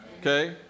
okay